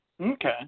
Okay